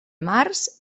març